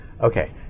Okay